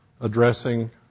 addressing